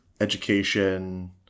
education